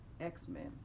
x-men